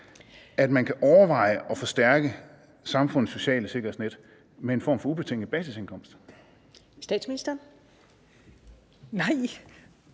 at man kan overveje at forstærke samfundets sociale sikkerhedsnet med en form for ubetinget basisindkomst? Kl. 14:24 Første